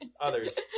others